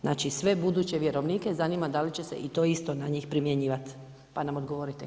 Znači, sve buduće vjerovnike zanima da li će se i to isto na njih primjenjivati pa nam odgovorite.